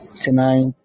Tonight